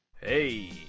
hey